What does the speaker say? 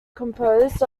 composed